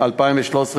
התשע"ג 2013,